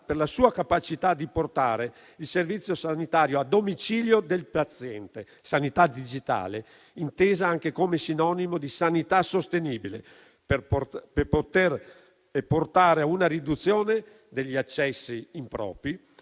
per la sua capacità di portare il Servizio sanitario a domicilio del paziente; una sanità digitale intesa anche come sinonimo di sanità sostenibile per portare a una riduzione degli accessi impropri,